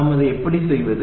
நாம் அதை எப்படி செய்வது